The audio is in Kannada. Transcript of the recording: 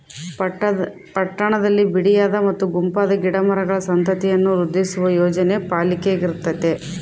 ಪಟ್ಟಣದಲ್ಲಿ ಬಿಡಿಯಾದ ಮತ್ತು ಗುಂಪಾದ ಗಿಡ ಮರಗಳ ಸಂತತಿಯನ್ನು ವೃದ್ಧಿಸುವ ಯೋಜನೆ ಪಾಲಿಕೆಗಿರ್ತತೆ